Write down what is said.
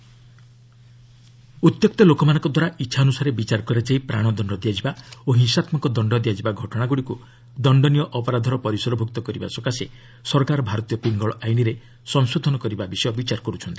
government lynching ଉତ୍ୟକ୍ତ ଲୋକମାନଙ୍କଦ୍ୱାରା ଇଚ୍ଛାନୁସାରେ ବିଚାର କରାଯାଇ ପ୍ରାଣଦଣ୍ଡ ଦିଆଯିବା ଓ ହିଂସାତ୍କକ ଦଶ୍ଡ ଦିଆଯିବା ଘଟଣାଗୁଡ଼ିକୁ ଦଶ୍ଡନୀୟ ଅପରାଧର ପରିସରଭ୍ରକ୍ତ କରିବା ସକାଶେ ସରକାର ଭାରତୀୟ ପିଙ୍ଗଳ ଆଇନରେ ସଂଶୋଧନ କରିବା ବିଷୟ ବିଚାର କରୁଛନ୍ତି